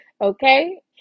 okay